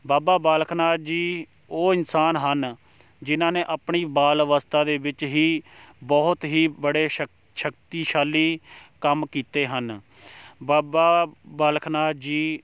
ਬਾਬਾ ਬਾਲਕ ਨਾਥ ਜੀ ਉਹ ਇਨਸਾਨ ਹਨ ਜਿਨ੍ਹਾਂ ਨੇ ਆਪਣੀ ਬਾਲ ਅਵਸਥਾ ਦੇ ਵਿੱਚ ਹੀ ਬਹੁਤ ਹੀ ਬੜੇ ਸ਼ਕ ਸ਼ਕਤੀਸ਼ਾਲੀ ਕੰਮ ਕੀਤੇ ਹਨ ਬਾਬਾ ਬਾਲਕਨਾਥ ਜੀ